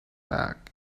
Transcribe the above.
back